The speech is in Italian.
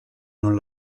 non